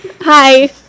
Hi